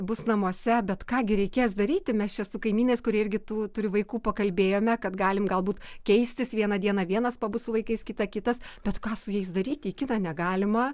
bus namuose bet ką gi reikės daryti mes čia su kaimynais kurie irgi tų turi vaikų pakalbėjome kad galim galbūt keistis vieną dieną vienas pabus su vaikais kitą kitas bet ką su jais daryti į kiną negalima